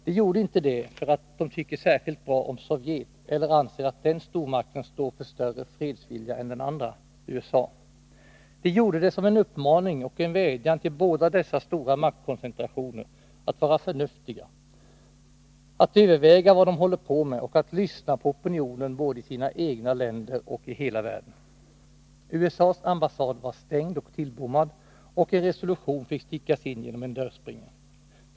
De gjorde inte det för att de tycker särskilt bra om Sovjet eller anser att den stormakten står för större fredsvilja än den andra, USA. De gjorde det som en uppmaning och en vädjan till båda dessa stora maktkoncentrationer att vara förnuftiga, att överväga vad de håller på med och att lyssna på opinionen både i sina egna länder och i hela världen. USA:s ambassad var stängd och tillbommad och en resolution fick stickas in genom en dörrspringa.